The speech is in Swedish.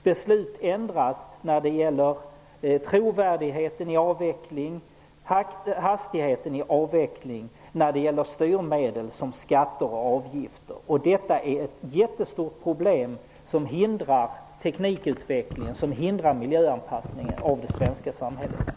Beslut ändras när det gäller trovärdigheten i avveckling, hastigheten i avvecklingen, styrmedel såsom skatter och avgifter. Detta är ett stort problem som hindrar teknikutvecklingen och miljöanpassningen av det svenska samhället.